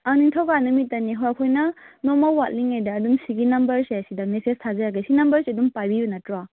ꯑꯥ ꯅꯤꯡꯊꯧꯀꯥ ꯅꯨꯃꯤꯠꯇꯅꯦ ꯍꯣꯏ ꯑꯩꯈꯣꯏꯅ ꯅꯣꯡꯃ ꯋꯥꯠꯂꯤꯉꯩꯗ ꯑꯗꯨꯝ ꯁꯤꯒꯤ ꯅꯝꯕꯔꯁꯤꯗ ꯃꯦꯁꯦꯁ ꯊꯥꯖꯔꯛꯀꯦ ꯁꯤ ꯅꯝꯕꯔꯁꯦ ꯑꯗꯨꯝ ꯄꯥꯏꯕꯤꯕ ꯅꯠꯇ꯭ꯔꯣ